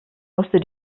musste